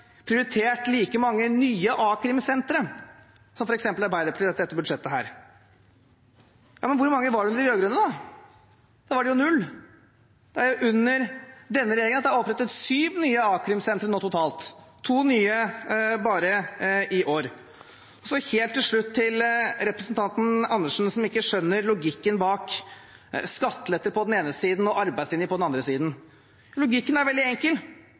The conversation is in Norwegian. prioritert like mange nye Akrim-sentre som f.eks. Arbeiderpartiet i dette budsjettet. Men hvor mange var det under de rød-grønne? Da var det null. Det er under denne regjeringen det er opprettet totalt syv nye Akrim-sentre – to nye bare i år. Så helt til slutt til representanten Karin Andersen, som ikke skjønner logikken bak skattelette på den ene siden og arbeidslinje på den andre siden: Logikken er veldig enkel